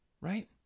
right